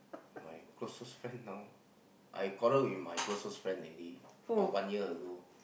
my closest friend now I quarrel with my closest friend already about one year ago